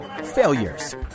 failures